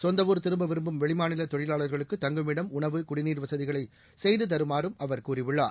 சொந்த ஊர் திரும்ப விரும்பும் வெளிமாநில தொழிலாளர்களுக்கு தங்குமிடம் உணவு குடிநீர் வசதிகளை செய்து தருமாறும் அவர் கூறியுள்ளார்